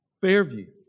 Fairview